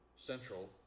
Central